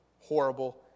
horrible